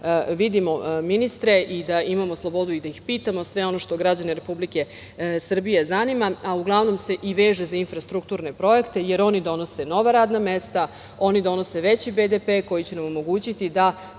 vidimo ministre i da imamo slobodu i da ih pitamo sve ono što građane Republike Srbije zanima, a uglavnom se i veže za infrastrukturne projekte, jer oni donose nova radna mesta, oni donose veći BDP koji će nam omogućiti da